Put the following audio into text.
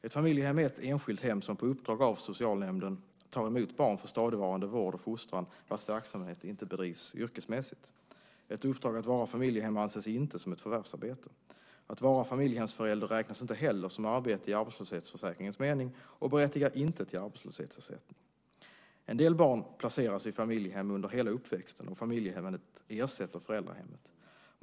Ett familjehem är ett enskilt hem som på uppdrag av socialnämnden tar emot barn för stadigvarande vård och fostran och vars verksamhet inte bedrivs yrkesmässigt. Ett uppdrag att vara familjehem anses inte som ett förvärvsarbete. Att vara familjehemsförälder räknas inte heller som arbete i arbetslöshetsförsäkringens mening och berättigar inte till arbetslöshetsersättning. En del barn placeras i familjehem under hela uppväxten och familjehemmet ersätter föräldrahemmet.